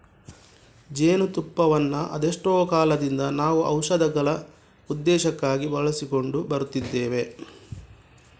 ಜೇನು ತುಪ್ಪವನ್ನ ಅದೆಷ್ಟೋ ಕಾಲದಿಂದ ನಾವು ಔಷಧಗಳ ಉದ್ದೇಶಕ್ಕಾಗಿ ಬಳಸಿಕೊಂಡು ಬರುತ್ತಿದ್ದೇವೆ